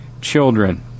children